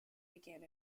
began